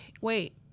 wait